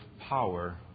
power